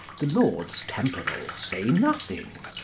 the lords temporal say nothing,